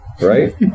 Right